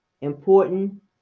important